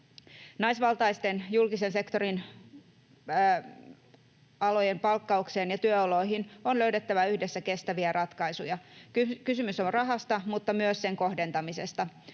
Naisvaltaisten julkisen sektorin alojen palkkaukseen ja työoloihin on löydettävä yhdessä kestäviä ratkaisuja. Kysymys on rahasta, mutta myös sen kohdentamisesta.